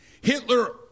Hitler